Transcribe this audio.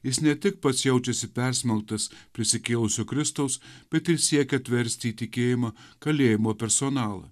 jis ne tik pats jaučiasi persmelktas prisikėlusio kristaus bet ir siekia atversti į tikėjimą kalėjimo personalą